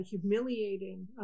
humiliating